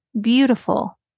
beautiful